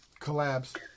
collabs